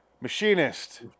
Machinist